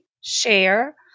share